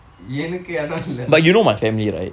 எனக்கு இடம் இல்லனா:enakku idam illanaa